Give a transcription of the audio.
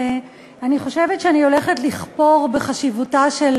אני חושבת שאני הולכת לכפור בחשיבותה של